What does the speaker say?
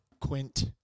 Quint